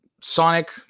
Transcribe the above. Sonic